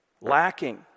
lacking